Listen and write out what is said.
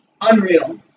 Unreal